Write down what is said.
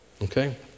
Okay